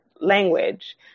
language